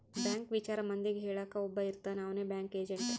bank ವಿಚಾರ ಮಂದಿಗೆ ಹೇಳಕ್ ಒಬ್ಬ ಇರ್ತಾನ ಅವ್ನೆ ಬ್ಯಾಂಕ್ ಏಜೆಂಟ್